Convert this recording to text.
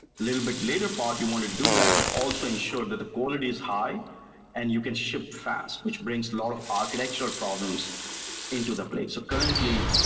little bit later part, you want to do that, but also ensure that the quality is high and you can ship fast, which brings a lot of architectural problems into the place ah currently,